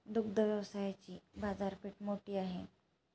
दुग्ध व्यवसायाची बाजारपेठ मोठी आहे